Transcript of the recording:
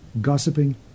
gossiping